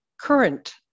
current